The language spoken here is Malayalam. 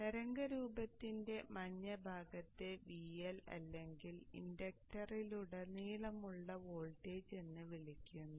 അതിനാൽ തരംഗരൂപത്തിന്റെ മഞ്ഞ ഭാഗത്തെ VL അല്ലെങ്കിൽ ഇൻഡക്റ്ററിലുടനീളമുള്ള വോൾട്ടേജ് എന്ന് വിളിക്കുന്നു